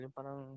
parang